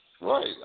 Right